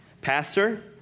Pastor